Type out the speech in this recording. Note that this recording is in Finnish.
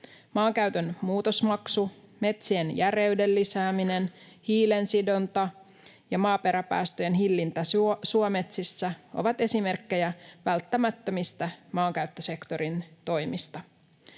Maankäytön muutosmaksu, metsien järeyden lisääminen, hiilensidonta ja maaperäpäästöjen hillintä suometsissä ovat esimerkkejä välttämättömistä maankäyttösektorin toimista.